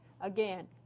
again